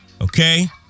okay